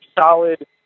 solid